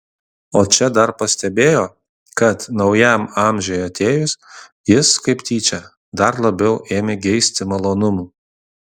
o čia dar pastebėjo kad naujam amžiui atėjus jis kaip tyčia dar labiau ėmė geisti malonumų